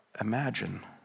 imagine